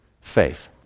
faith